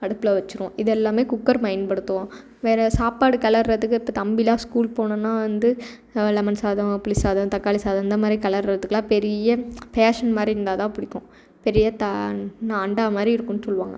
அடுப்பில் வச்சிருவோம் இது எல்லாமே குக்கர் பயன்படுத்துவோம் வேறு சாப்பாடு கிளர்றதுக்கு தம்பியெலாம் ஸ்கூல் போகணும்னா வந்து லெமன் சாதம் புளி சாதம் தக்காளி சாதம் அந்த மாதிரி கிளர்றதுக்கெல்லாம் பெரிய பேஷின் மாதிரி இருந்தால் தான் பிடிக்கும் பெரிய தா அண் அண்டா மாதிரி இருக்கும்ன்னு சொல்லுவாங்க